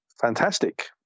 fantastic